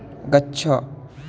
गच्छ